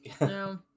No